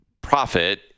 profit